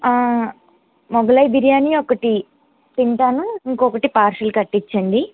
మొగలాయ్ బిర్యానీ ఒకటి తింటాను ఒకటి పార్సల్ కట్టిచండి